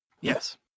Yes